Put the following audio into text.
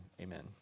Amen